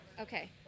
Okay